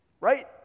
Right